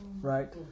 right